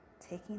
taking